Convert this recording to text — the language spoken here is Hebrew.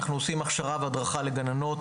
אנחנו עושים הכשרה והדרכה לגננות